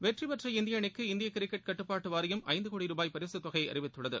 வெற்றி பெற்ற இந்திய அணிக்கு இந்தியக் கிரிக்கெட் கட்டுப்பாட்டு வாரியம் ஐந்து கோடி ருபாய் பரிசுத் தொகை அறிவித்துள்ளது